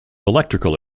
electrical